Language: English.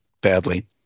Badly